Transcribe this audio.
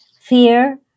fear